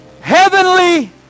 heavenly